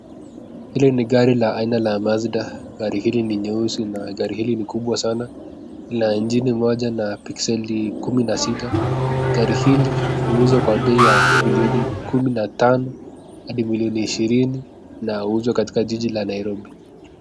Hili ni gari la aina la Mazda, gari hili ni nyeusi na gari hili ni kubwa sana, lina injini moja na pixeli kumi na sita, Gari hili huuzwa kwa bei ya milioni kumi na tano hadi milioni ishirini, na huuzwa katika jiji la Nairobi.